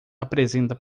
apresenta